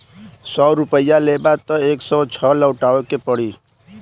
सौ रुपइया लेबा त एक सौ छह लउटाए के पड़ी